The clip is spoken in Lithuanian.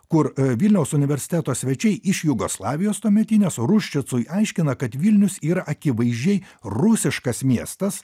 kur vilniaus universiteto svečiai iš jugoslavijos tuometinės ruščicui aiškina kad vilnius yra akivaizdžiai rusiškas miestas